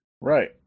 Right